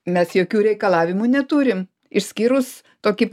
mes jokių reikalavimų neturim išskyrus tokį